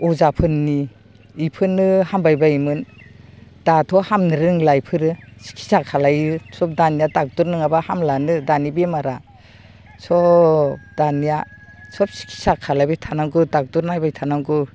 अजाफोदनि बेफोरनो हामबाय बायोमोन दाथ' हामनो रोंला बेफोरो सिकित्सा खालायो सब दानिया डक्टर नङाबा हामलानो दानि बेमारा सब दानिया सब सिकित्सा खालामबाय थानांगौ डक्टर नायबाय थानांगौ